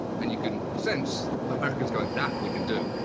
and you can sense america going, that we can do,